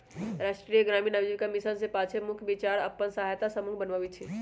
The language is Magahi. राष्ट्रीय ग्रामीण आजीविका मिशन के पाछे मुख्य विचार अप्पन सहायता समूह बनेनाइ हइ